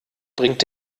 bringt